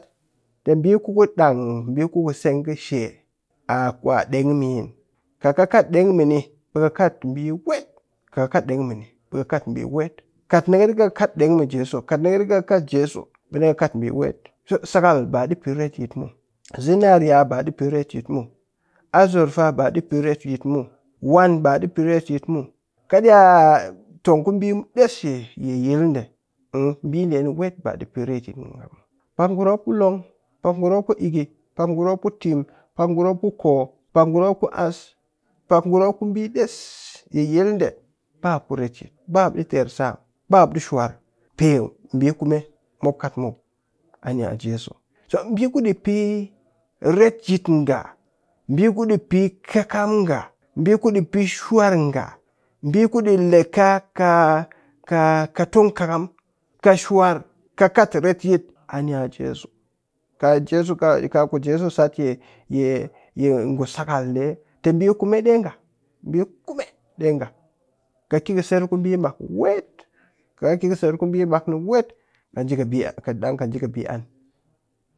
Tɨ ɓii ku ɗang kɨ seng kɨshe a kwa ɗengmin kat kɨ kat ɗeng mini ɓe kɨ kat ɓii wet, kat kɨ kat ɗeng mini ɓe kɨ kat wet, kat ni kɨ riga kɨ kat deng mɨni kat ni kɨ riga kɨ kat jesu ɓe ni kɨ riga kɨ kat ɓii wet sakal ba ɗii pe retyit muw, zinariya ba ɗii pe retyit muw, azurfa ba ɗii pe retyit muw, waan ba ɗii pe retyit muw, kɨ iya tong kuɓii ɗes yi yil ɗe ɓe ɓii ɗe wet ba ɗi pe retyit. pak ngurum mop ku long, pak ngurum mop ku ikkɨ, pak ngurum mop ku tim, pak ngurum mop ku koo, pak ngurum mop ass, pak ngurum mop ku ɓii ɗes yi yil ɗe ba mop ku retyit, ba mop ɗi ter sam, ba mop ɗi shwar pe ɓii kume mop kat muw ani'a jesu. So ɓii kuɗi pe retyit nga ɓi kuɗi pe kɨkam nga ɓi kuɗii pe shwar nga ɓii ku ɗe leka ka-ka tongkɨkam kɨ shwar kɨ kat etyit a ni'a jesu kaa jesu ka ku jesu sat yi-yi ngu sakal ɗe tɨ ɓii kume ɗe nga ɓii kume ɗe nga kɨ ki kɨ ser ku ɓii mak wet kat kɨ ki kɨ ser kuɓi mak ni wet kɨ nji kɨ ɓii an, ɗang kɨ nji kɨ ɓii an.